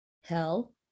Hell